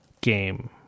game